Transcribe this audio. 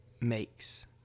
makes